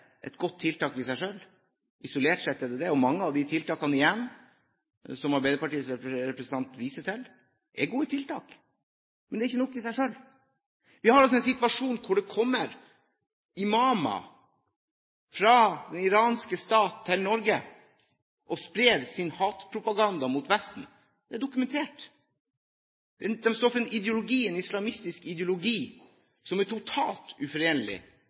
et godt tiltak i seg selv. Isolert sett er det det. Mange av de tiltakene som Arbeiderpartiets representant viser til, er gode tiltak, men det er ikke nok i seg selv. Vi har altså en situasjon der det kommer imamer fra den iranske stat til Norge og sprer sin hatpropaganda mot Vesten. Det er dokumentert. De står for en islamistisk ideologi som er totalt uforenlig